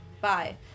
bye